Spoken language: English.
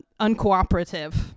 uncooperative